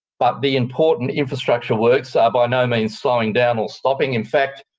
but the important infrastructure works are by no means slowing down or stopping. in fact,